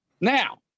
now